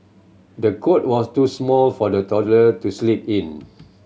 the cot was too small for the toddler to sleep in